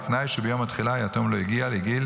בתנאי שביום התחילה היתום לא הגיע לגיל